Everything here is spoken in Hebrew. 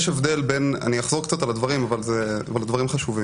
אני אחזור קצת על הדברים, אבל הדברים חשובים.